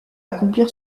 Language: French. accomplir